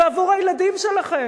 ועבור הילדים שלכם,